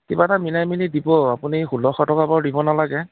কিবা এটা মিলাই মিলি দিব আপুনি ষোল্লশ টকা বাৰু দিব নালাগে